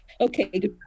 okay